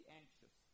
anxious